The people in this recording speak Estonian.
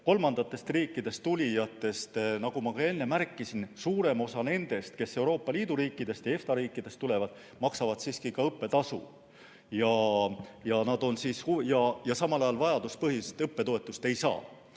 kolmandatest riikidest tulijatest, nagu ma enne märkisin, suurem osa nendest, kes Euroopa Liidu riikidest ja EFTA riikidest tulevad, maksavad siiski õppetasu. Ja nad samal ajal vajaduspõhist õppetoetust ei saa.